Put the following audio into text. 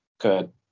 Good